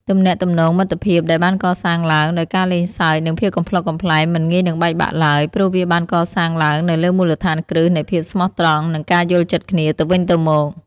ទំនាក់ទំនងមិត្តភាពដែលបានកសាងឡើងដោយការលេងសើចនិងភាពកំប្លុកកំប្លែងមិនងាយនឹងបែកបាក់ឡើយ ព្រោះវាបានកសាងឡើងនៅលើមូលដ្ឋានគ្រឹះនៃភាពស្មោះត្រង់និងការយល់ចិត្តគ្នាទៅវិញទៅមក។